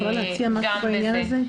אני יכולה להציע משהו בעניין הזה?